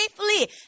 safely